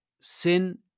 sin